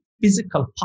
physical